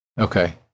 Okay